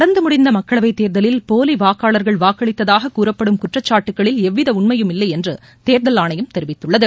நடந்து முடிந்த மக்களவைத் தேர்தலில் போலி வாக்காளர்கள் வாக்களித்ததாகக் கூறப்படும் குற்றச்சாட்டுக்களில் எவ்வித உண்மையும் இல்லை என்று தேர்தல் ஆணையம் தெரிவித்துள்ளது